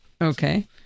okay